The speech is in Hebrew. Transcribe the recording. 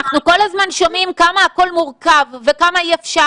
אנחנו כל הזמן שומעים כמה הכול מורכב וכמה אי אפשר